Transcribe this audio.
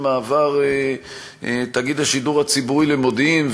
מעבר תאגיד השידור הציבורי למודיעין,